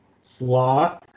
Slaw